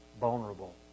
vulnerable